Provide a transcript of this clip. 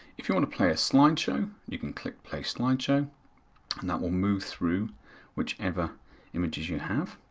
if you want to play a slideshow, you can click play slideshow and that will move through whichever images you have.